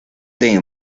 del